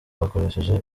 bagakoresheje